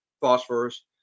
phosphorus